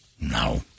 No